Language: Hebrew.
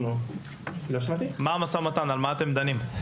על מה אתם דנים?